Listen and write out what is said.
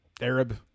arab